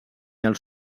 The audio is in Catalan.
els